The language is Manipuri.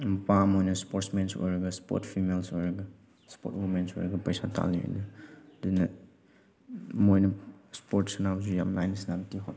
ꯅꯨꯄꯥ ꯑꯃ ꯑꯣꯏꯅ ꯏꯁꯄꯣꯔꯠꯃꯦꯟꯁꯨ ꯑꯣꯏꯔꯒ ꯏꯁꯄꯣꯔꯠ ꯐꯤꯃꯦꯜ ꯑꯣꯏꯔꯒ ꯏꯁꯄꯣꯔꯠ ꯋꯨꯃꯦꯟꯁꯨ ꯑꯣꯏꯔꯒ ꯄꯩꯁꯥ ꯇꯥꯜꯂꯤ ꯑꯗꯨꯅ ꯃꯣꯏꯅ ꯏꯁꯄꯣꯔꯠ ꯁꯥꯟꯅꯕꯁꯤ ꯌꯥꯝ ꯂꯥꯏꯅ